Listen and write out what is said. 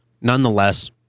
nonetheless